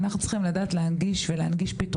אנחנו צריכים לדעת להנגיש פתרונות